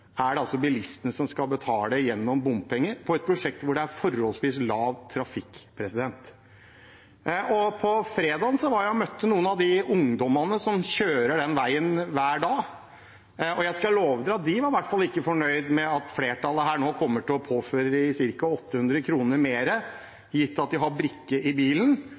er det altså bilistene som skal betale gjennom bompenger på et prosjekt der det er forholdsvis liten trafikk. Fredag møtte jeg noen av ungdommene som kjører den veien hver dag. Jeg skal love dere at de var i hvert fall ikke fornøyd med at flertallet her nå kommer til å påføre dem ca. 800 kr mer hver måned, gitt at de har brikke i bilen,